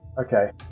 Okay